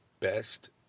best